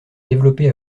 développé